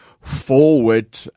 forward